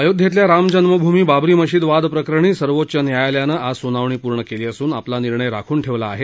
अयोध्येतल्या रामजन्मभूमी बाबरी मशीद वाद प्रकरणी सर्वोच्च न्यायालयानं आज सुनावणी पूर्ण केली असून आपला निर्णय राखून ठेवला आहे